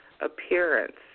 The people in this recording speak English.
appearance